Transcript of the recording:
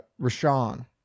Rashawn